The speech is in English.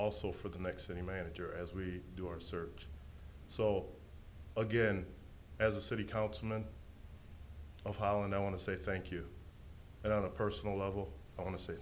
also for the next city manager as we do our search so again as a city councilman of holland i want to say thank you but on a personal level i want to s